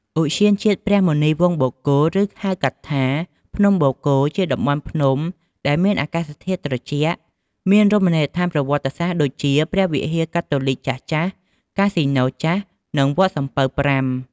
ឧទ្យានជាតិព្រះមុនីវង្សបូកគោ ឬហៅកាត់ថា ភ្នំបូកគោ ជាតំបន់ភ្នំដែលមានអាកាសធាតុត្រជាក់ មានរមណីយដ្ឋានប្រវត្តិសាស្ត្រដូចជា ព្រះវិហារកាតូលិកចាស់ៗ កាស៊ីណូចាស់ និងវត្តសំពៅប្រាំ។